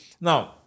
Now